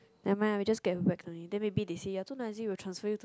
nevermind ah we just get whacked only then maybe they see you are too noisy we'll transfer you to